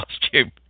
costume